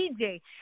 DJ